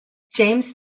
james